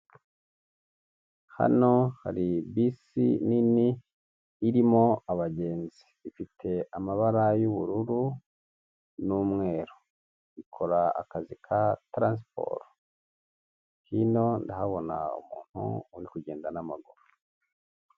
Hano hari bisi nini irimo abagenzi ifite amabara y'ubururu n'umweru, ikora akazi ka taransiporo, hino ndahabona umuntu uri kugenda n'amaguru